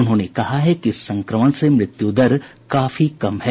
उन्होंने कहा है कि इस संक्रमण से मृत्यु दर काफी कम है